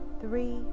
three